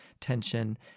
tension